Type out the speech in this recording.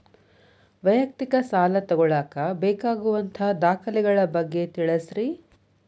ವೈಯಕ್ತಿಕ ಸಾಲ ತಗೋಳಾಕ ಬೇಕಾಗುವಂಥ ದಾಖಲೆಗಳ ಬಗ್ಗೆ ತಿಳಸ್ರಿ